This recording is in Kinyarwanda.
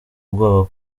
ubwoba